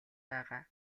байгаа